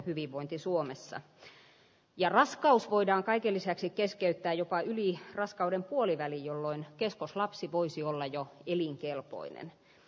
hyvinvointi suomessa ja raskaus voidaan kaiken lisäksi keskeyttää jopa yli raskauden puoliväli jolloin keskoslapsi voisi olla ja elinkelpoinen